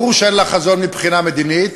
ברור שאין לה חזון מבחינה מדינית,